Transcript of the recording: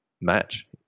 match